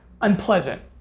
unpleasant